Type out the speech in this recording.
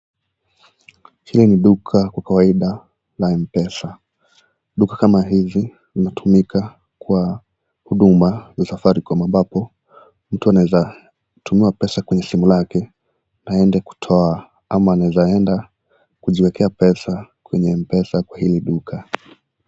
Hili ni duka kwa kawaida la Mpesa. Duka kama hizi linatumika kwa huduma za Safaricom ambapo mtu anaweza tuma pesa kwenye simu lake aende kutoa ama anaweza enda kujiwekea pesa kwenye Mpesa kwa hili duka.